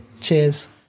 Cheers